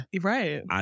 right